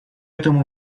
этому